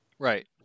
right